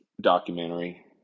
documentary